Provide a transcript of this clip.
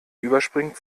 überspringt